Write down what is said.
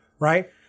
right